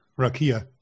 Rakia